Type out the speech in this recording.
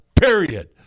period